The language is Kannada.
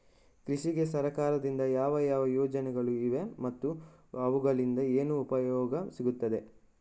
ಕೃಷಿಗೆ ಸರಕಾರದಿಂದ ಯಾವ ಯಾವ ಯೋಜನೆಗಳು ಇವೆ ಮತ್ತು ಅವುಗಳಿಂದ ಏನು ಉಪಯೋಗ ಸಿಗುತ್ತದೆ?